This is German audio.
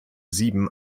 sieben